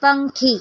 પંખી